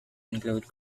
include